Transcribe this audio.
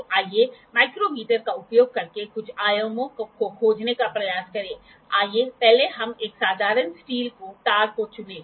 तो आइए माइक्रोमीटर का उपयोग करके कुछ आयामों को खोजने का प्रयास करें आइए पहले हम एक साधारण स्टील के तार को चुनें